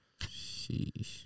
Sheesh